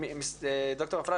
דוקטור אפללו,